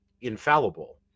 infallible